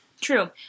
true